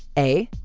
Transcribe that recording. a.